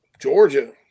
Georgia